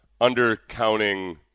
undercounting